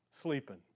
Sleeping